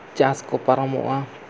ᱪᱟᱥᱠᱚ ᱯᱟᱨᱚᱢᱚᱜᱼᱟ